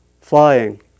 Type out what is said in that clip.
flying